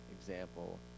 example